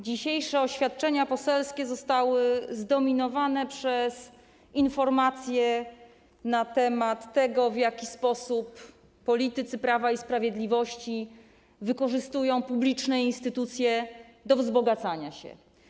Dzisiejsze oświadczenia poselskie zostały zdominowane przez informacje na temat tego, w jaki sposób politycy Prawa i Sprawiedliwości wykorzystują publiczne instytucje do wzbogacania się.